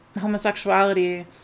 homosexuality